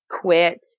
Quit